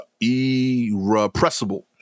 irrepressible